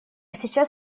сейчас